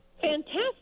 Fantastic